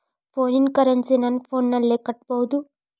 ಫೋನಿನ ಕರೆನ್ಸಿ ನನ್ನ ಫೋನಿನಲ್ಲೇ ಕಟ್ಟಬಹುದು?